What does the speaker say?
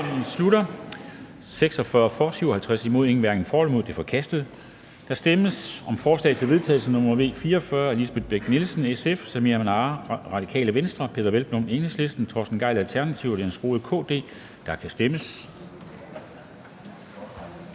der kan stemmes.